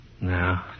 No